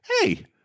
hey